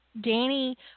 Danny